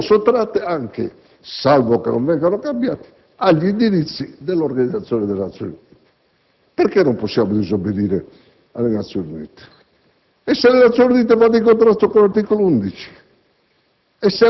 e sono sottratte anche - salvo che non vengano cambiati - agli indirizzi dell'Organizzazione delle Nazioni Unite. Perché non possiamo disobbedire alle Nazioni Unite? E se le Nazioni Unite vanno contro l'articolo 11